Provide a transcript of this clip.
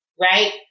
right